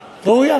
ראויה.